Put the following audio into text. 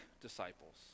disciples